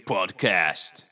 Podcast